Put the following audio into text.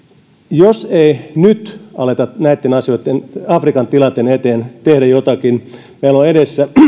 jos ei nyt aleta näitten asioitten afrikan tilanteen eteen tehdä jotakin meillä on edessä